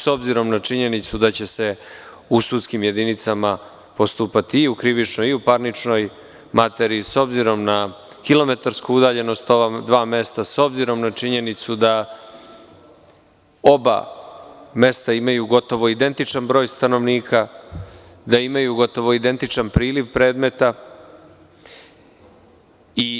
S obzirom na činjenicu da će se u sudskim jedinicama postupati i u krivičnoj i u parničnoj materiji, s obzirom na kilometarsku udaljenost ova dva mesta, s obzirom na činjenicu da oba mesta imaju gotovo identičan broj stanovnika, da imaju gotovo identičan priliv predmeta i